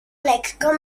lekko